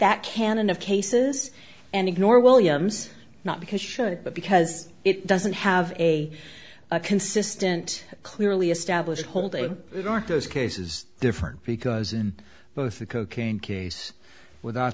that canon of cases and ignore williams not because showed it but because it doesn't have a consistent clearly established holding it aren't those cases different because in both the cocaine case without